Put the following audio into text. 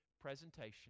presentation